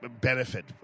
benefit